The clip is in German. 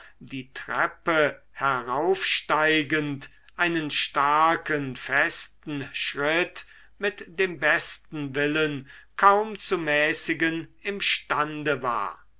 die treppe heraufsteigend einen starken festen tritt mit dem besten willen kaum zu mäßigen imstande war